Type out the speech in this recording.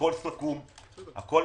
הכול סגור ומוכן.